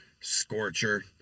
scorcher